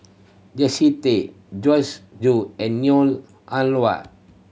Tay Joyce Jue and Neo Ah Luan